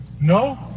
No